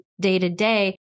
day-to-day